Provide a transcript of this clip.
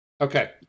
Okay